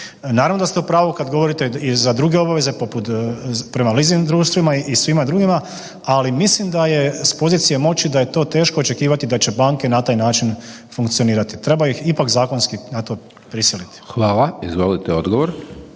Naravno da ste u pravu kad govorite i za druge obaveze, poput, prema leasing društvima i svima drugima, ali mislim da je s pozicije moći da je to teško očekivati da će banke na taj način funkcionirati. Treba ih ipak zakonski na to prisiliti. **Hajdaš Dončić, Siniša